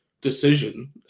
decision